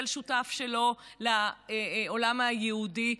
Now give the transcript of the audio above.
של שותף שלו לעולם היהודי.